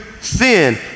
sin